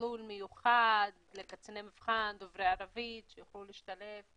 מסלול מיוחד לקציני מבחן דוברי ערבית שיוכלו להשתלב,